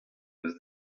eus